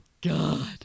God